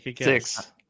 Six